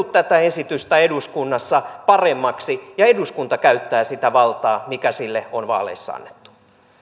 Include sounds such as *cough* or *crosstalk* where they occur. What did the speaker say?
*unintelligible* tätä esitystä eduskunnassa paremmaksi ja eduskunta käyttää sitä valtaa mikä sille on vaaleissa annettu